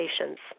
patients